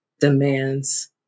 demands